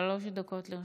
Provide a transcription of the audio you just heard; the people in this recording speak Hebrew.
שלוש דקות לרשותך,